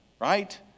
right